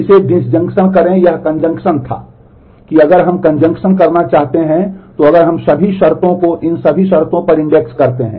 इसे डिस्जंक्शन है तो हम कुछ बेहतर कर सकते हैं